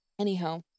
Anyhow